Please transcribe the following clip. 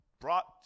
brought